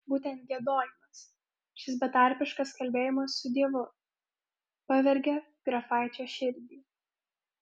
būtent giedojimas šis betarpiškas kalbėjimas su dievu pavergė grafaičio širdį